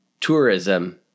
tourism